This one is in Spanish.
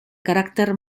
carácter